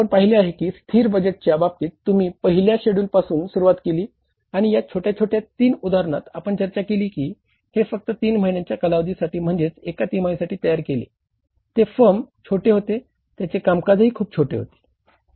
आपण पाहिले आहे की स्थिर बजेटच्या बाबतीत तुम्ही पहिल्या शेड्यूलपासून सुरुवात केली आणि या छोट्या छोट्या तीन उदाहरणात आपण चर्चा केली की हे फक्त तीन महिन्यांच्या कालावधीसाठी म्हणजेच एका तिमाहीसाठी तयार केले ते फर्म छोटे होते त्यांचे कामकाजही खूप छोटे होते